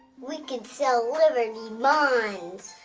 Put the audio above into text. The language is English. we could sell liberty like and